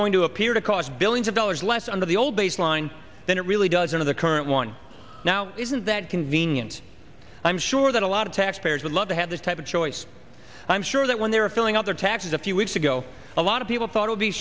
going to appear to cause billions of dollars less under the old baseline than it really doesn't of the current one now isn't that convenient i'm sure that a lot of taxpayers would love to have that type of choice i'm sure that when they were filling out their taxes a few weeks ago a lot of people thought would be